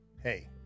hey